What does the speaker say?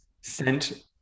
sent